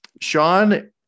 Sean